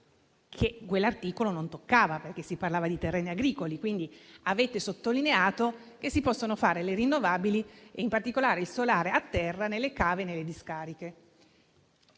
quell'articolo perché si parlava di terreni agricoli. Quindi, avete sottolineato che si possono fare le rinnovabili, in particolare il solare a terra, nelle cave e nelle discariche.